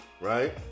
right